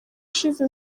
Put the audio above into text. ishize